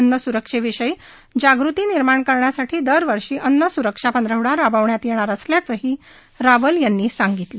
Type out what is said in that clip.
अन्न स्रक्षेविषयी जनतेत जागृती निर्माण करण्यासाठी दरवर्षी अन्न स्रक्षा पंधरवडा राबवण्यात येणार असल्याचंही रावल यांनी सांगितलं